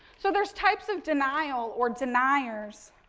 so, there's types of denial or deniers.